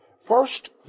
first